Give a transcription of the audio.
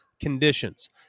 conditions